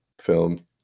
film